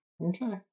Okay